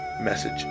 Message